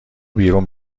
بیرون